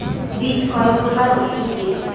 বীজ কয় প্রকার ও কি কি?